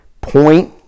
point